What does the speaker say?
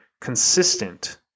consistent